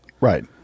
Right